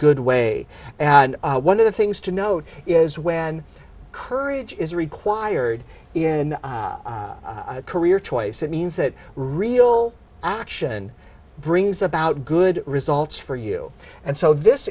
good way and one of the things to note is when courage is required in a career choice it means that real action brings about good results for you and so this